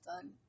done